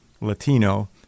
Latino